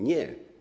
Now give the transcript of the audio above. Nie.